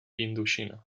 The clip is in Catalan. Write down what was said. indoxina